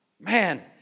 man